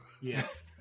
Yes